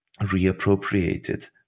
reappropriated